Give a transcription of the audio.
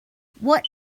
what